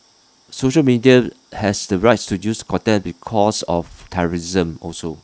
social media has the rights to use content because of terrorism also